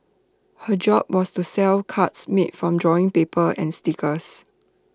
her job was to sell cards made from drawing paper and stickers